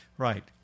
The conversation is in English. Right